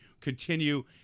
continue